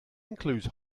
includes